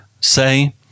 say